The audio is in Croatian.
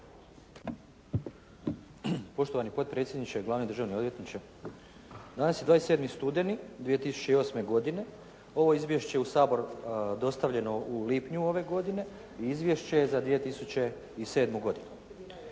Poštovani potpredsjedniče, glavni državni odvjetniče. Danas je 27. studeni 2008. godine, ovo izvješće je u Sabor dostavljeno u lipnju ove godine i izvješće je za 2007. godinu.